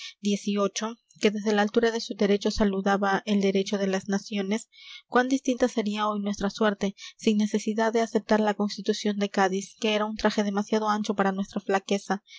xviii que desde la altura de su derecho saludaba el derecho de las naciones cuán distinta sería hoy nuestra suerte sin necesidad de aceptar la constitución de cádiz que era un traje demasiado ancho para nuestra flaqueza